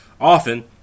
often